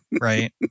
right